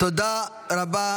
תודה רבה.